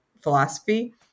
philosophy